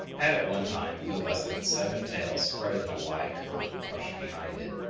had at one time no less than seven tails spread in a wide curved brush behind it.